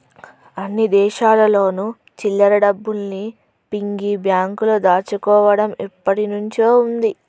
అన్ని దేశాల్లోను చిల్లర డబ్బుల్ని పిగ్గీ బ్యాంకులో దాచుకోవడం ఎప్పటినుంచో ఉంది